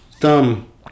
Thumb